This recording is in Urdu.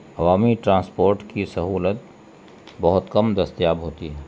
عوامی ٹرانسپورٹ کی سہولت بہت کم دستیاب ہوتی ہے